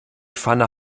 pfanne